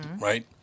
Right